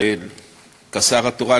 כשר התורן,